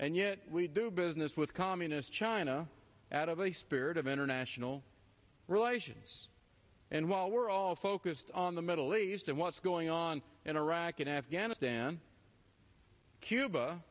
and yet we do business with communist china out of a spirit of international relations and while we're all focused on the middle east and what's going on in iraq and afghanistan cuba